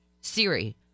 Siri